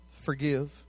forgive